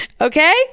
Okay